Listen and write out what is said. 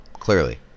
clearly